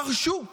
פרשו ממנו,